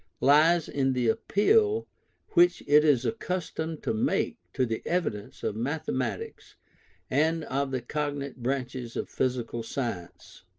lies in the appeal which it is accustomed to make to the evidence of mathematics and of the cognate branches of physical science.